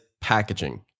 packaging